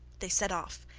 they set off.